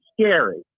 scary